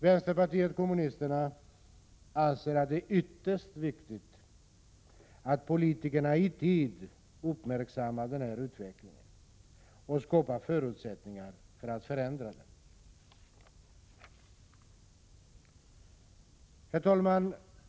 Vänsterpartiet kommunisterna anser att det är ytterst viktigt att politikerna i tid uppmärksammar den här utvecklingen och skapar förutsättningar för att förändra den. Herr talman!